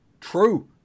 True